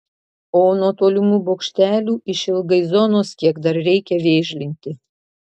o nuo tolimų bokštelių išilgai zonos kiek dar reikia vėžlinti